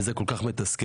וזה כל כך מסתכל.